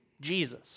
Jesus